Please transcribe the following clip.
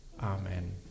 amen